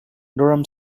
durham